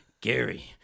Gary